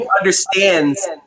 understands